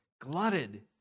glutted